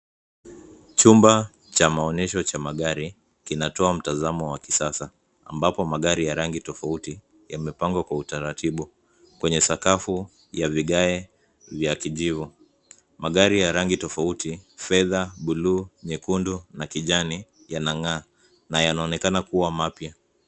Chumba cha maonyesho ya magari kinatoa mtazamo wa kisasa, ambapo magari ya rangi tofauti yamepangwa kwa utaratibu kwenye sakafu ya vigae vya kijivu. Magari ya rangi tofauti: fedha, buluu, nyekundu na kijani yangang'aa na yanaonekana kuwa mapya.